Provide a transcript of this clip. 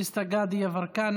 דסטה גדי יברקן,